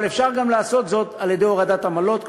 אבל אפשר גם לעשות זאת על-ידי הורדת עמלות,